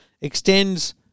extends